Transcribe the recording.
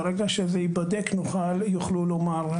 ברגע שזה ייבדק, יוכלו לומר.